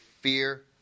fear